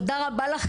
תודה רבה לכם.